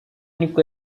niko